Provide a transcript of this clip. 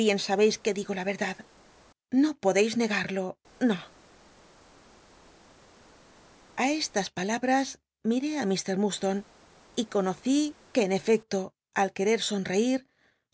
bien sabeis que digo la crdacl no podeis negarlo no a estas palabras miré i ir murdslone y conocí que en efecto al querer som eir